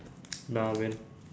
nah man